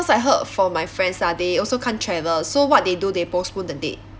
I heard from my friends lah they also can't travel so what they do they postpone the date